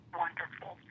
wonderful